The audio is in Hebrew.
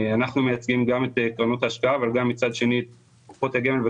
גם הוא וגם חברת הכנסת שפק שאלו את השאלה החשובה הזו.